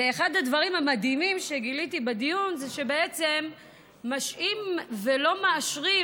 אחד הדברים המדהימים שגיליתי בדיון זה שמשהים ולא מאשרים